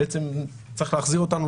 בעצם צריך להחזיר אותנו